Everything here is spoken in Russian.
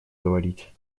говорить